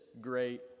great